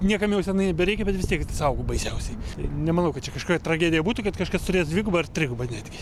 niekam jau senai nebereikia bet vis tiek saugo baisiausiai nemanau kad čia kažkokia tragedija būtų kad kažkas turės dvigubą ar trigubą netgi